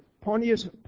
Pontius